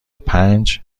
پنج